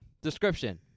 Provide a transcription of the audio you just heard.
Description